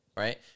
Right